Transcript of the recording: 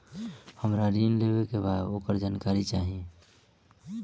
हमरा ऋण लेवे के बा वोकर जानकारी चाही